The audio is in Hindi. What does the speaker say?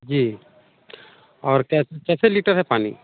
जी और कैसे कैसे लीटर है पानी